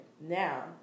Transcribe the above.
now